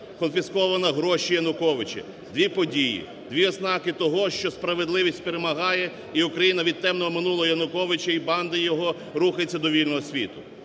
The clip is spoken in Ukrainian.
конфісковано гроші Януковича – дві події, дві ознаки того, що справедливість перемагає і Україна від темного минулого Януковича і банди його рухається до вільного світу.